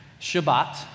Shabbat